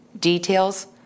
details